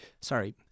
sorry